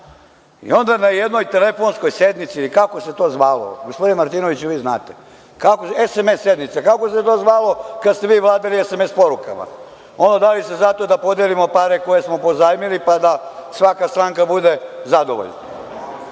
i onda na jednoj telefonskoj sednici, ili kako se to zvalo, gospodine Martinoviću vi znate, SMS sednice, kako se to zvalo kad ste vi vladali SMS porukama? Ono, da li ste za to da podelimo pare koje smo pozajmili, pa da svaka stranka bude zadovoljna?